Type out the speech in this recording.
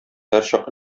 һәрчак